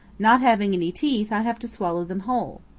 not having any teeth i have to swallow them whole.